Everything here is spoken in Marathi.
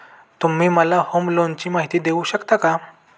तुम्ही मला होम लोनची माहिती देऊ शकता का?